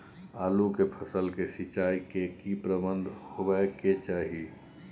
आलू के फसल के सिंचाई के की प्रबंध होबय के चाही?